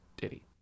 Diddy